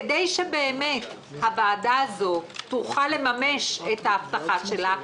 כדי שבאמת הוועדה הזו תוכל לממש את ההבטחה שלה,